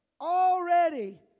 already